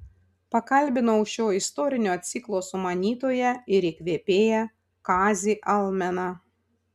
pakalbinau šio istorinio ciklo sumanytoją ir įkvėpėją kazį almeną